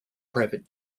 private